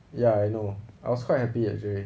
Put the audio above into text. ya I know I was quite happy actually